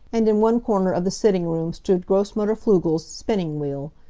and in one corner of the sitting-room stood grossmutter pflugel's spinning-wheel.